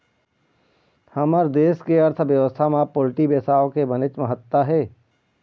हमर देश के अर्थबेवस्था म पोल्टी बेवसाय के बनेच महत्ता हे